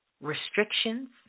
restrictions